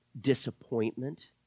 disappointment